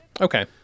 Okay